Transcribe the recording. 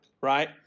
right